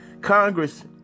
Congress